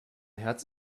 herz